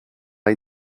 hay